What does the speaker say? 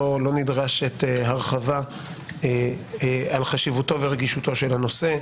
לא נדרשת הרחבה על חשיבותו ורגישותו של הנושא.